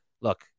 look